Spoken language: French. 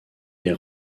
est